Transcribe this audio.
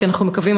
כי אנחנו מבקשים,